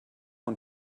und